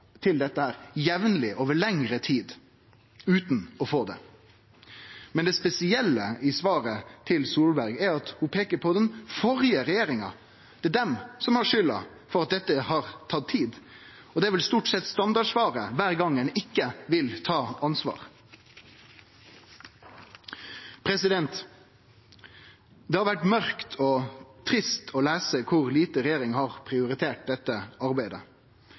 til dette jamleg, over lengre tid, utan å få det. Men det spesielle i svaret til Solberg er at ho peiker på den førre regjeringa. Det er dei som har skulda for at dette har tatt tid. Og det er vel stort sett standardsvaret kvar gong ein ikkje vil ta ansvar. Det har vore mørkt og trist å lese kor lite regjeringa har prioritert dette arbeidet.